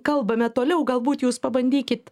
kalbame toliau galbūt jūs pabandykit